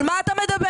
על מה אתה מדבר?